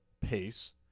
pace